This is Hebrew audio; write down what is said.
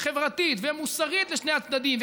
חברתית ומוסרית לשני הצדדים.